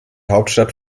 hauptstadt